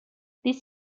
this